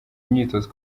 imyitozo